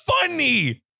funny